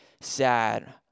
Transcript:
sad